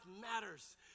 matters